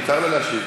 מותר לה להשיב.